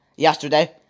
yesterday